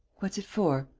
what's it for?